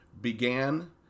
began